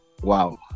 Wow